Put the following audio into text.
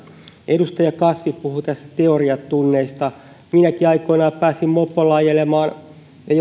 edustaja kasvi puhui tässä teoriatunneista minäkin aikoinaan pääsin mopolla ajelemaan ei ollut